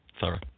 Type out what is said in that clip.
Sorry